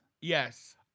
Yes